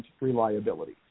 reliability